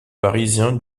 parisien